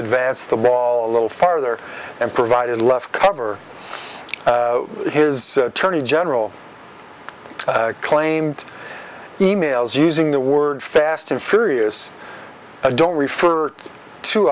advance the ball a little farther and provided left cover his attorney general claimed e mails using the word fast and furious i don't refer to